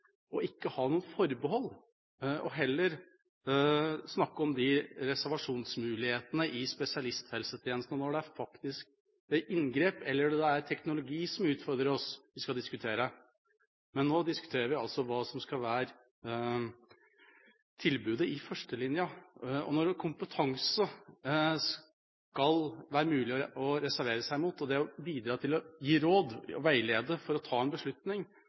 ikke å ha noen forbehold, og heller snakke om reservasjonsmulighetene i spesialisthelsetjenesten, når det faktisk er inngrep eller teknologi som utfordrer oss, vi skal diskutere. Men nå diskuterer vi altså hva som skal være tilbudet i førstelinja. Og når det skal være mulig å reservere seg mot kompetanse og det å bidra til å gi råd og veiledning for å ta en beslutning,